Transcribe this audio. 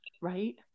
Right